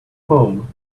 home